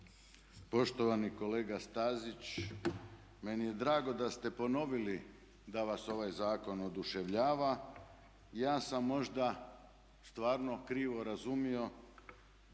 Poštovani kolega Stazić, meni je drago da ste ponovili da vas ovaj zakon oduševljava. Ja sam možda stvarno krivo razumio